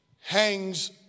hangs